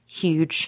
huge